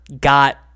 got